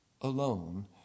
Alone